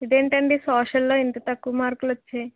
ఇదేంటండి సోషల్లో ఇంత తక్కువ మార్కులు వచ్చాయి